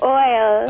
oil